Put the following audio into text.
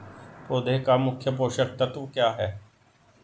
पौधे का मुख्य पोषक तत्व क्या हैं?